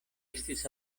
estis